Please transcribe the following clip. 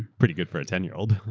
pretty good for a ten year old.